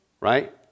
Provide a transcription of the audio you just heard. right